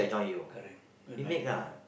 correct you're right ya